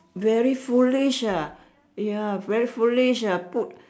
very foolish ah ya very foolish ah put